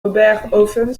oberhoffen